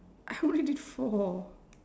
I only did four